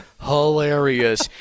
hilarious